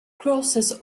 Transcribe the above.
crosses